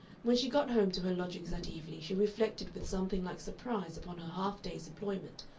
when she got home to her lodgings that evening she reflected with something like surprise upon her half-day's employment,